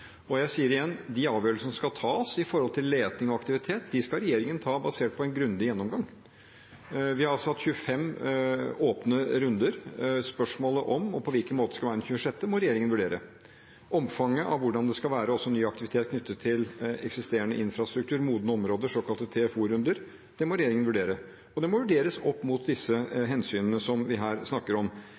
Jeg sier igjen: De avgjørelsene som skal tas om leting og aktivitet, skal regjeringen ta basert på en grundig gjennomgang. Vi har hatt 25 åpne runder. Spørsmålet om og på hvilken måte det skal være en 26., må regjeringen vurdere. Omfanget av ny aktivitet knyttet til eksisterende infrastruktur og modne områder, såkalte TFO-runder, må regjeringen vurdere. Og det må vurderes opp mot de hensynene vi her snakker om.